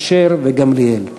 אשר וגמליאל.